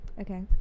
Okay